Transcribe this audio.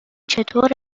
چطور